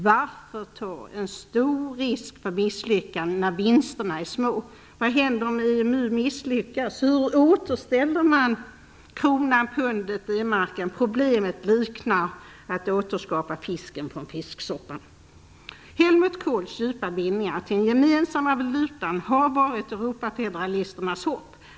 Varför ta en stor risk för misslyckande när vinsterna är små? Vad händer om EMU misslyckas - hur återställer man kronan, pundet, D-marken? Problemet liknar att återskapa fisken från fisksoppan. Helmut Kohls djupa bindning till den gemensamma valutan har varit Europafederalisternas hopp.